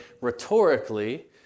rhetorically